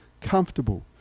Comfortable